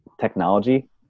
technology